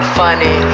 funny